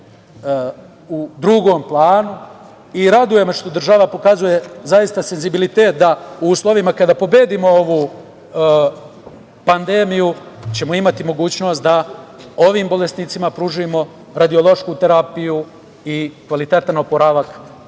u drugom planu. Raduje me što država pokazuje zaista senzibilitet, da ćemo u uslovima kada pobedimo ovu pandemiju imati mogućnost da ovim bolesnicima pružimo radiološku terapiju i kvalitetan oporavak zaista